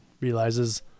realizes